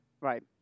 Right